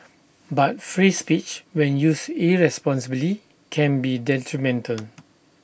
but free speech when used irresponsibly can be detrimental